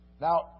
Now